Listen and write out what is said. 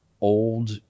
old